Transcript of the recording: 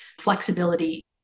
Flexibility